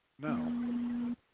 No